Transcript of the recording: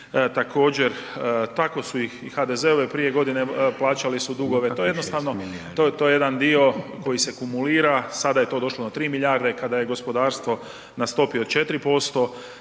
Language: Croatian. Također tako su ih i HDZ-ove prije godine plaćali su dugove, to je jednostavno, to je jedan dio koji se akumulira, sada je to došlo na 3 milijarde, kada je gospodarstvo na stopi od 4%.